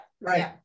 Right